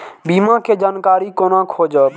बीमा के जानकारी कोना खोजब?